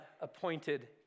appointed